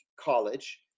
college